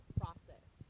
process